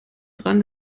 dran